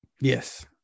Yes